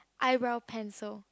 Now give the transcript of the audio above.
eyebrow pencil